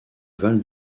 val